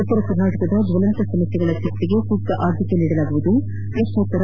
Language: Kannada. ಉತ್ತರ ಕರ್ನಾಟಕದ ಜ್ವಲಂತ ಸಮಸ್ಥೆಗಳ ಚರ್ಚೆಗೆ ಸೂಕ್ತ ಆದ್ಯತೆ ನೀಡಲಾಗುವುದು ಪ್ರಕ್ನೋತ್ತರ